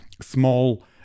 small